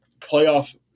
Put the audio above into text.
playoff